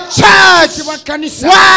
church